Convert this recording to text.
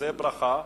זו ברכה.